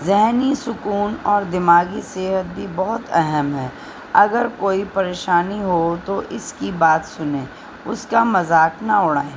ذہنی سکون اور دماغی صحت بھی بہت اہم ہے اگر کوئی پریشانی ہو تو اس کی بات سنیں اس کا مذاق نہ اڑائیں